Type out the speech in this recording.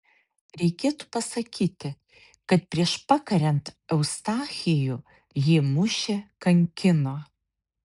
reikėtų pasakyti kad prieš pakariant eustachijų jį mušė kankino